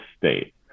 state